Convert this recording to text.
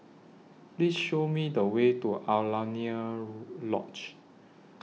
Please Show Me The Way to Alaunia Lodge